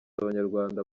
abanyarwanda